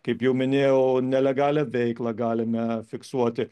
kaip jau minėjau nelegalią veiklą galime fiksuoti